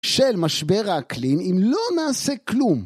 של משבר האקלים, אם לא מעשה כלום.